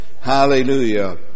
Hallelujah